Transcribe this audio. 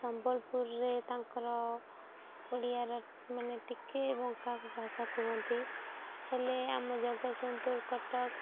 ସମ୍ବଲପୁରରେ ତାଙ୍କର ଓଡ଼ିଆର ମାନେ ଟିକେ ବଙ୍କା ଭାଷା କୁହନ୍ତି ହେଲେ ଆମ ଜଗତସିଂହପୁର କଟକ